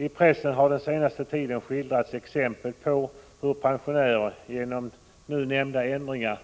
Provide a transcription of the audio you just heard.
I pressen har den senaste tiden skildrats exempel på hur pensionärer genom nu nämnda ändringar